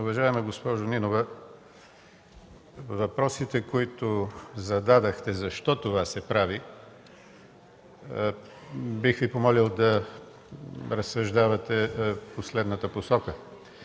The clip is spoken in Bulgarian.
Уважаема госпожо Нинова, относно въпроса, който зададохте – „Защо това се прави?”, бих Ви помолил да разсъждавате в следната посока.